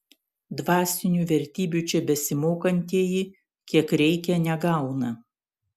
dvasinių vertybių čia besimokantieji kiek reikia negauna